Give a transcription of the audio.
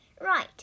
Right